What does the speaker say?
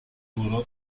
duró